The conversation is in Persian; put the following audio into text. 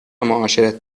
معاشرت